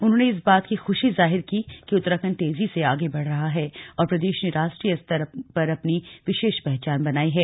उन्होंने इस बात की खुशी जाहिर की कि उत्तराखण्ड तेजी से आगे बढ़ रहा है और प्रदेश ने राष्ट्रीय स्तर अपनी विशेष पहचान बनाई है